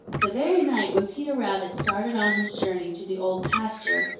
the very night when peter rabbit started on his journey to the old pasture,